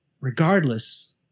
regardless